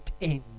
end